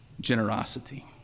generosity